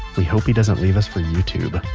we hope he doesn't leave us for youtube.